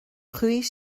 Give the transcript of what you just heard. chuaigh